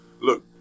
look